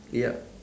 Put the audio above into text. yup